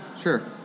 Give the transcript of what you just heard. Sure